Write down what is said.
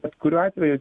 bet kuriuo atveju